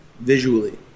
visually